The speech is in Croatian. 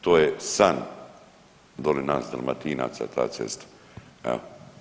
To je san doli nas Dalmatinaca, ta cesta.